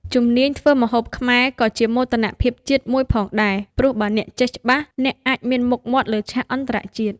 ជំនាញធ្វើម្ហូបខ្មែរក៏ជាមោទនភាពជាតិមួយផងដែរ ព្រោះបើអ្នកចេះច្បាស់អ្នកអាចមានមុខមាត់លើឆាកអន្តរជាតិ។